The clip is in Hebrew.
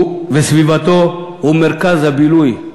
הוא וסביבתו, הוא מרכז הבילוי,